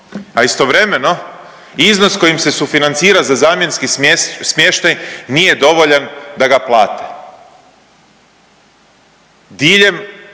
a istovremeno iznos kojim se sufinancira za zamjenski smještaj nije dovoljan da ga plate.